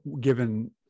given